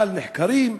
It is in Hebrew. נחקרים,